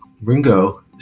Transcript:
Ringo